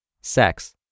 sex